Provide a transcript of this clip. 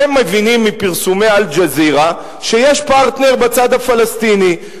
אתם מבינים מפרסומי "אל-ג'זירה" שיש פרטנר בצד הפלסטיני,